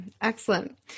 Excellent